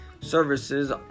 services